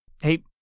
Hey